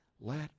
let